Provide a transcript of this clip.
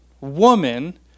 woman